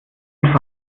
ein